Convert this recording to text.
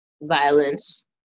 violence